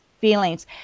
feelings